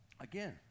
again